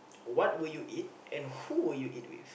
what would you eat and who would you eat with